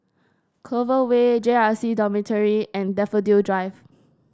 Clover Way J R C Dormitory and Daffodil Drive